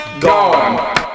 gone